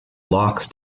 locks